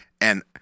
And-